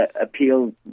appeal